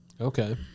Okay